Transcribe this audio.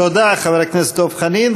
תודה, חבר הכנסת דב חנין.